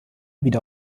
wieder